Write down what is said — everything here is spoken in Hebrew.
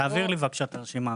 תעביר לי, בבקשה, את הרשימה.